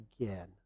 again